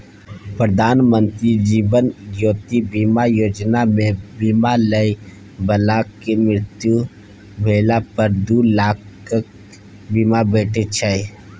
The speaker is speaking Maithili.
प्रधानमंत्री जीबन ज्योति बीमा योजना मे बीमा लय बलाक मृत्यु भेला पर दु लाखक बीमा भेटै छै